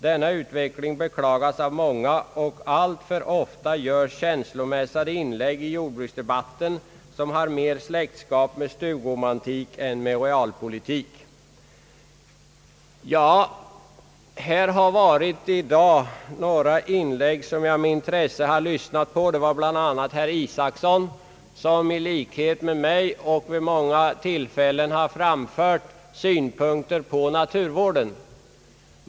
Denna utveckling beklagas av många, och allt för ofta görs känsiomättade inlägg i jordbruksdebatten, som har mer släktskap med stugromantik än med realpolitik.» Här har i dag gjorts några inlägg, som jag med intresse har lyssnat på, bl.a. av herr Isacson som i likhet med mig vid många tillfällen har framfört synpunkter på naturvården.